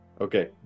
Okay